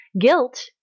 guilt